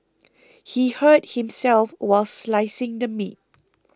he hurt himself while slicing the meat